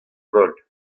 holl